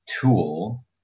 tool